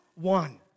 one